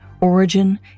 origin